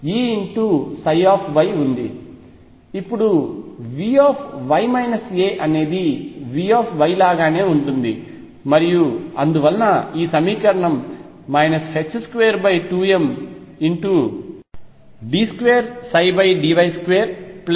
ఇప్పుడు V అనేది V లాగానే ఉంటుంది మరియు అందువలన ఈ సమీకరణం 22md2dy2VyyEψy